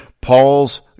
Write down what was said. Paul's